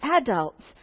adults